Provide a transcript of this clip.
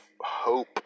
hope